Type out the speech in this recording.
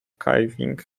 caving